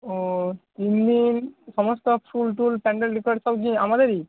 ও তিন দিন সমস্ত ফুল টুল প্যান্ডেল ডেকোরেটিং সব কি আমাদেরই